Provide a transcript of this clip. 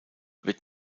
wird